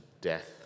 death